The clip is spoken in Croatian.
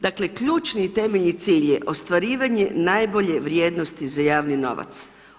Dakle ključni i temeljni cilj je ostvarivanje najbolje vrijednosti za javni novac.